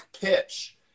pitch